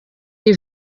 iyi